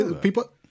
people